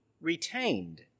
retained